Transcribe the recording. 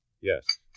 Yes